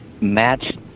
match